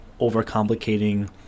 overcomplicating